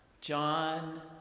John